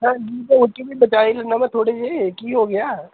ਹਾਂਜੀ ਫਿਰ ਉਹ 'ਚ ਵੀ ਬਚਾ ਏ ਲੈਂਦਾ ਮੈਂ ਥੋੜ੍ਹੇ ਜਿਹੇ ਕੀ ਹੋ ਗਿਆ